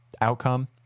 outcome